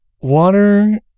water